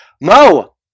Mo